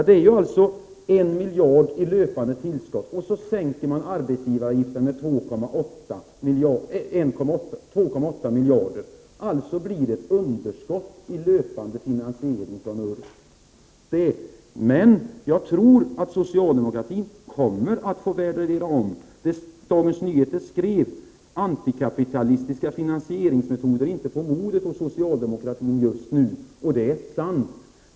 Det är alltså 1 miljard i löpande tillskott. Vidare sänker man arbetsgivaravgiften med 2,8 miljarder. Det blir alltså ett underskott i löpande finansiering framöver. Men jag tror att socialdemokratin kommer att få värdera om. Dagens Nyheter skrev: Antikapitalistiska finansieringsmetoder är inte på modet hos socialdemokratin just nu. Det är sant.